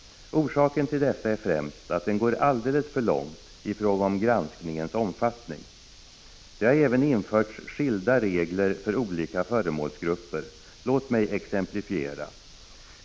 Orsaken till detta är främst att den går alldeles för långt i fråga om granskningens omfattning. Det har även införts skilda regler för olika föremålsgrupper. Låt mig exemplifiera.